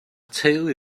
teulu